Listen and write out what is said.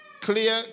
clear